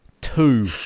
Two